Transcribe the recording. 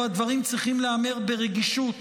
והדברים צריכים להיאמר ברגישות